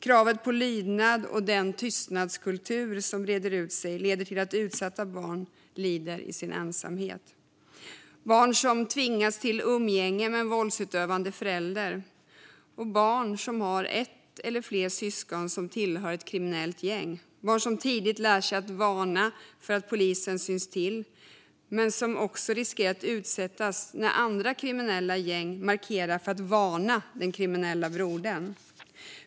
Kravet på lydnad och den tystnadskultur som breder ut sig leder till att utsatta barn lider i sin ensamhet. Det finns barn som tvingas till umgänge med en våldsutövande förälder och barn som har ett eller flera syskon som tillhör ett kriminellt gäng. Det finns barn som tidigt lär sig att varna för att polisen syns till men som också riskerar att utsättas när andra kriminella gäng markerar för att varna den kriminelle brodern.